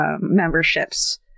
memberships